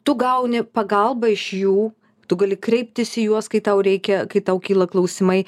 tu gauni pagalbą iš jų tu gali kreiptis į juos kai tau reikia kai tau kyla klausimai